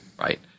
right